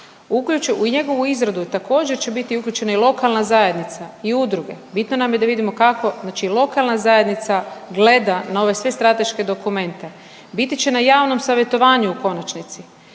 u njegovu izradu također će biti uključena i lokalna zajednica i udruge, bitno nam je da vidimo kako, znači lokalna zajednica gleda na ove sve strateške dokumente. Biti će na javnom savjetovanju u konačnici.